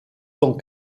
sont